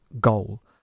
goal